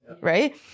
Right